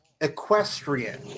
equestrian